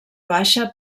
baixa